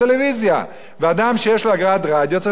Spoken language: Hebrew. ואדם שיש לו רדיו צריך לשלם אגרת רדיו.